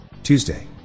Tuesday